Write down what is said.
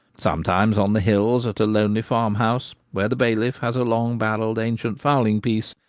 sometimes on the hills at a lonely farmhouse, where the bailiff has a long-barrelled ancient fowling piece,